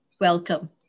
welcome